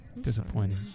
Disappointing